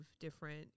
different